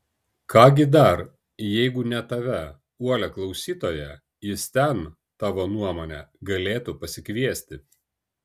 ką gi dar jeigu ne tave uolią klausytoją jis ten tavo nuomone galėtų pasikviesti